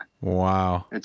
Wow